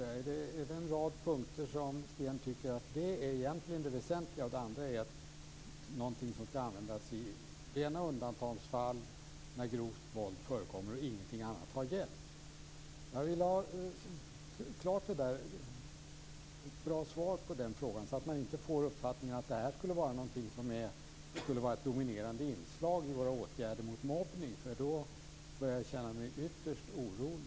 Är detta en rad punkter som Sten Tolgfors anser vara väsentliga och det andra skall användas i rena undantagsfall när grovt våld har förekommit och inget annat har hjälpt? Jag vill ha ett bra svar på frågan, så att man inte får uppfattningen att detta skulle vara ett dominerande inslag i åtgärderna mot mobbning. Då blir jag ytterst orolig.